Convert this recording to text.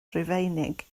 rufeinig